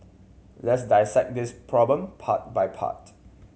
let's dissect this problem part by part